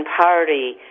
Party